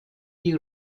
die